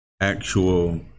actual